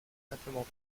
simplement